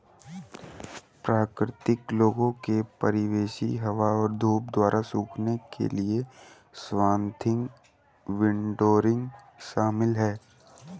प्राकृतिक लोगों के परिवेशी हवा और धूप द्वारा सूखने के लिए स्वाथिंग विंडरोइंग शामिल है